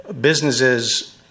Businesses